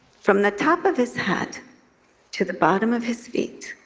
from the top of his head to the bottom of his feet,